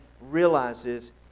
realizes